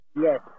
yes